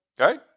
Okay